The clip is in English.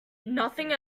nothing